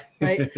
Right